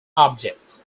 object